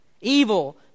Evil